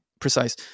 precise